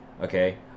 Okay